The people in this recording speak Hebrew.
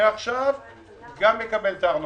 מעכשיו גם יקבל את הארנונה.